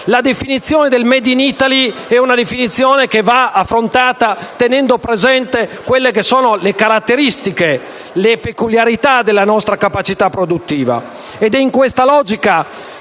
La definizione del *made in Italy* è pertanto una definizione che va affrontata tenendo presente le caratteristiche e le peculiarità della nostra capacità produttiva.